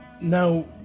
Now